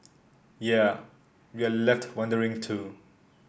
yea we're left wondering too